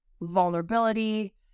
vulnerability